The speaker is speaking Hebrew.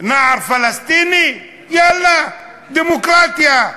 נער פלסטיני, יאללה, דמוקרטיה.